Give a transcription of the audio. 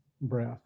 breath